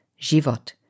Jivot